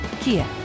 Kia